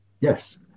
Yes